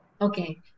Okay